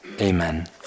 amen